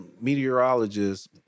meteorologist